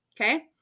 okay